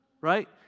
right